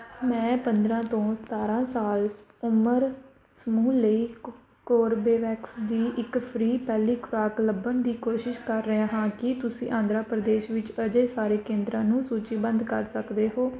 ਮੈਂ ਪੰਦਰ੍ਹਾਂ ਤੋਂ ਸਤਾਰ੍ਹਾਂ ਸਾਲ ਉਮਰ ਸਮੂਹ ਲਈ ਕੋ ਕੋਰਬੇਵੈਕਸ ਦੀ ਇੱਕ ਫ੍ਰੀ ਪਹਿਲੀ ਖੁਰਾਕ ਲੱਭਣ ਦੀ ਕੋਸ਼ਿਸ਼ ਕਰ ਰਿਹਾ ਹਾਂ ਕੀ ਤੁਸੀਂ ਆਂਧਰਾ ਪ੍ਰਦੇਸ਼ ਵਿੱਚ ਅਜਿਹੇ ਸਾਰੇ ਕੇਂਦਰਾਂ ਨੂੰ ਸੂਚੀਬੱਧ ਕਰ ਸਕਦੇ ਹੋ